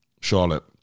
Charlotte